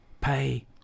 pay